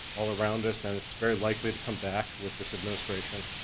all around us, and it's very likely to come back with this administration,